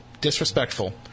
disrespectful